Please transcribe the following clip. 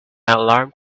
alarm